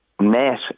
met